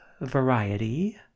variety